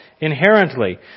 inherently